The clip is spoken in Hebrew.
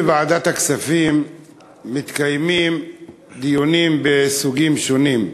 בוועדת הכספים מתקיימים דיונים מסוגים שונים,